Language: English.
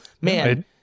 Man